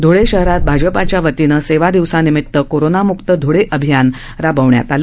ध्रळे शहरात भाजपाच्या वतीनं सेवा दिवसानिमित कोरोनामुक्त ध्वळे अभियान राबवण्यात आला